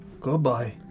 Goodbye